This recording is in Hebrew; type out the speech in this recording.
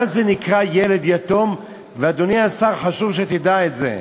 מה נקרא ילד יתום, ואדוני השר, חשוב שתדע את זה.